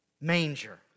manger